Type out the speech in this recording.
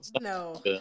No